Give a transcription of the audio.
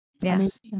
Yes